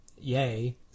yay